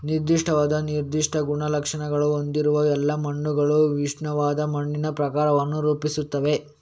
ನಿರ್ದಿಷ್ಟವಾದ ನಿರ್ದಿಷ್ಟ ಗುಣಲಕ್ಷಣಗಳನ್ನು ಹೊಂದಿರುವ ಎಲ್ಲಾ ಮಣ್ಣುಗಳು ವಿಶಿಷ್ಟವಾದ ಮಣ್ಣಿನ ಪ್ರಕಾರವನ್ನು ರೂಪಿಸುತ್ತವೆ